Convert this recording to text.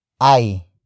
Ay